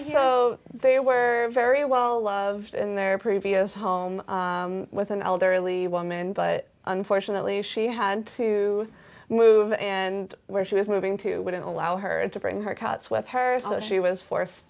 so they were very well loved in their previous home with an elderly woman but unfortunately she had to move and where she was moving to wouldn't allow her to bring her cots with her so she was forced